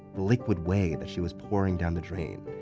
the liquid whey, she was pouring down the drain.